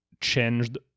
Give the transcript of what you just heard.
changed